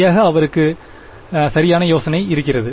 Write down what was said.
சரியாக அவருக்கு சரியான யோசனை இருக்கிறது